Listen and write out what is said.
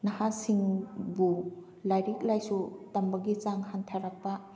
ꯅꯍꯥꯁꯤꯡꯕꯨ ꯂꯥꯏꯔꯤꯛ ꯂꯥꯏꯁꯨ ꯇꯝꯕꯒꯤ ꯆꯥꯡ ꯍꯟꯊꯔꯛꯄ